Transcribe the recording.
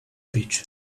beach